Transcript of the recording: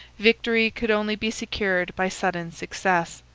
victory could only be secured by sudden success.